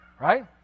right